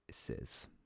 says